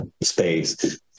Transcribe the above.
space